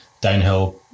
downhill